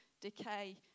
decay